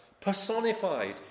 personified